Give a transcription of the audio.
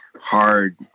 hard